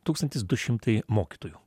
tūkstantis du šimtai mokytojų